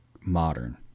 modern